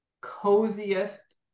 coziest